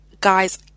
Guys